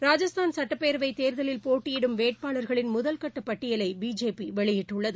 ராஜஸ்தான் சட்டப்பேரவை தேர்தலில் போட்டியிடும் வேட்பாளர்களின் முதல்கட்ட பட்டியலை பிஜேபி வெளியிட்டுள்ளது